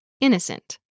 innocent